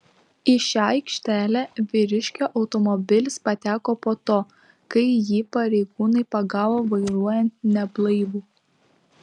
į šią aikštelę vyriškio automobilis pateko po to kai jį pareigūnai pagavo vairuojantį neblaivų